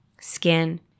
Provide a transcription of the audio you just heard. skin